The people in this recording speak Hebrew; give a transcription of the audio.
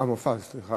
סליחה,